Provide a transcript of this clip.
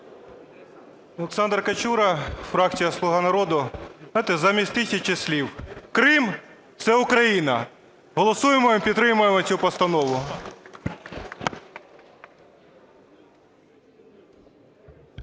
Олександр Качура, фракція "Слуга народу". Знаєте, замість тисячі слів. Крим – це Україна. Голосуємо і підтримуємо цю постанову.